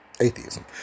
Atheism